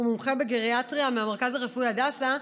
הוא מומחה בגריאטריה מהמרכז הרפואי הדסה,